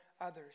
others